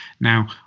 Now